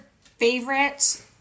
favorite